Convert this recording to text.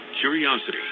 curiosity